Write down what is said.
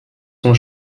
sont